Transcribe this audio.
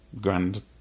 Grand